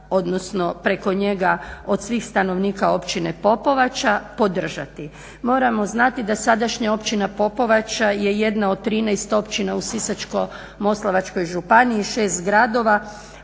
odnosno preko njega od svih stanovnika Općine Popovača podržati. Moramo znati da sadašnja Općina Popovača je jedna od 13 općina u Sisačko-moslavačkoj županiji, 6 gradova.